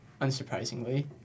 unsurprisingly